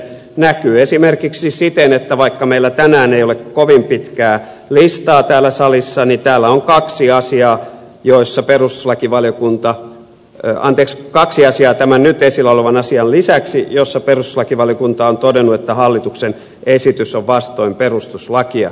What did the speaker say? näkyy esimerkiksi siten että vaikka meillä tänään ei ole kovin pitkää listaa täällä salissa niin täällä on kaksi asiaa joissa peruslakivaliokunta ei valdes kaksi asiaa tämän nyt esillä olevan asian lisäksi joista perustuslakivaliokunta on todennut että hallituksen esitys on vastoin perustuslakia